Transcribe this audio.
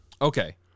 Okay